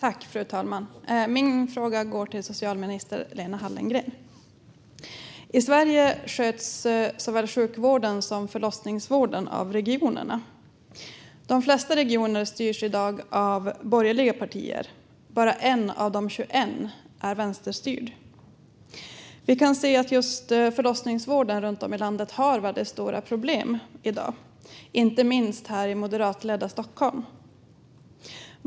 Fru talman! Min fråga går till socialminister Lena Hallengren. I Sverige sköts såväl sjukvården som förlossningsvården av regionerna. De flesta av regionerna styrs i dag av borgerliga partier - bara en av de 21 är vänsterstyrd. Vi kan se att förlossningsvården runt om i landet har väldigt stora problem i dag, inte minst här i moderatledda Stockholm.